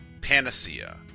Panacea